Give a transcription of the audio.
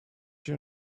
your